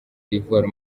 d’ivoire